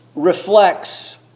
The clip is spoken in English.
reflects